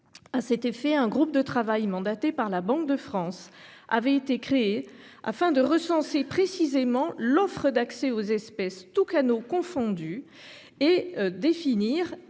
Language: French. À cet effet, un groupe de travail mandaté par la Banque de France avait été créé afin de recenser précisément l'offre d'accès aux espèces tous canaux confondus et définir